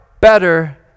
better